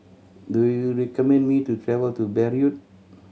do you recommend me to travel to Beirut